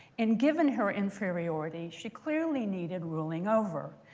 and given her inferiority, she clearly needed ruling over,